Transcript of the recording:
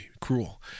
cruel